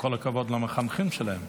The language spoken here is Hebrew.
כל הכבוד למחנכים שלהם.